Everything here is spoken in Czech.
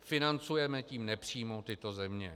Financujeme tím nepřímo tyto země.